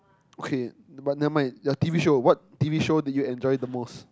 okay but never mind just T_V show what T_V show do you enjoy the most